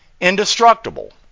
indestructible